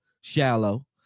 shallow